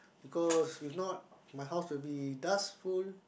because if not my house will be dust full